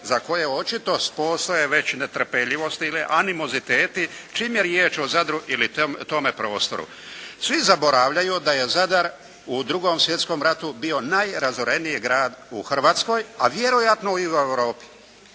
za koje očito postoje već netrpeljivosti ili animoziteti čim je riječ o Zadru ili tome prostoru. Svi zaboravljaju da je Zadar u II. Svjetskom ratu bio najrazoreniji grad u Hrvatskoj, a vjerojatno i u Europi.